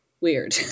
weird